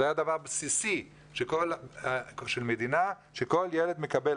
זה היה דבר בסיסי של מדינה, שכל ילד מקבל.